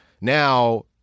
Now